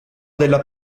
della